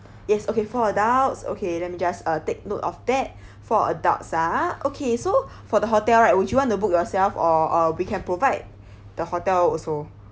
yes okay four adults okay let me just uh take note of that four adults ah okay so for the hotel right would you want to book yourself or or we can provide the hotel also